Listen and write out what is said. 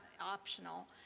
optional